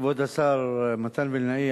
כבוד השר מתן וילנאי,